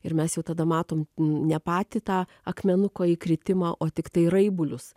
ir mes jau tada matom ne patį tą akmenuko įkritimą o tiktai raibulius